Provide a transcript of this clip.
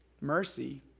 Mercy